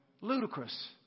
Ludicrous